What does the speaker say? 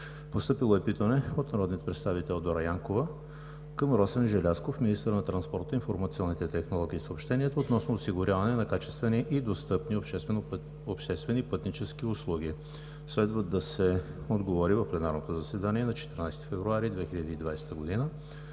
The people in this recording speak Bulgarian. Постъпило е питане от народния представител Дора Янкова към Росен Желязков – министър на транспорта, информационните технологии и съобщенията, относно осигуряване на качествени и достъпни обществени пътнически услуги. Следва да се отговори в пленарното заседание на 14 февруари 2020 г.